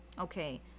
Okay